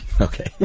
Okay